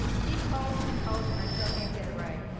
she coached and coached and i still can't get it right.